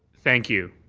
thank you.